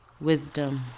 wisdom